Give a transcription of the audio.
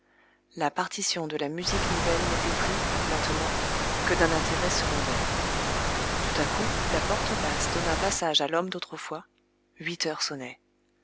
la partition de la musique nouvelle n'était plus maintenant que d'un intérêt secondaire tout à coup la porte basse donna passage à l'homme d'autrefois huit heures sonnaient